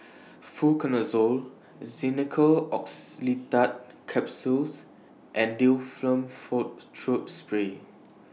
Fluconazole Xenical Orlistat Capsules and Difflam Forte Throat Spray